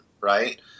right